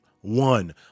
One